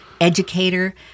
educator